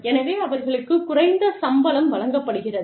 எனவே அவர்களுக்குக் குறைந்த சம்பளம் வழங்கப்படுகிறது